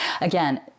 Again